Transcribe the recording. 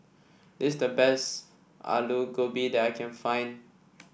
this is the best Alu Gobi that I can find